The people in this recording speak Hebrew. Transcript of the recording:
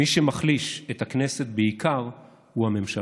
מי שמחליש את הכנסת הוא בעיקר הממשלה.